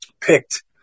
picked